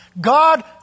God